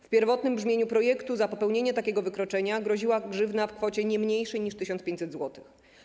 W pierwotnym brzmieniu projektu za popełnienie takiego wykroczenia groziła grzywna w kwocie nie mniejszej niż 1500 zł.